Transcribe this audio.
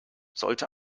sollte